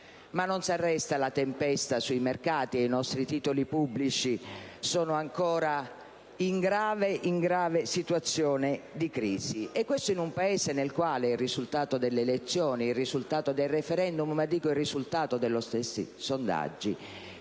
Non si arresta la tempesta sui mercati, e i nostri titoli pubblici sono ancora in grave situazione di crisi: e questo in un Paese nel quale il risultato delle elezioni, del *referendum* e degli stessi sondaggi